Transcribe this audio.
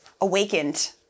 awakened